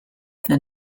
the